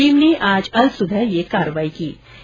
team ने आज अल स्बह यह कार्रवाई की है